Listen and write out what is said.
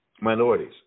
minorities